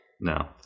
no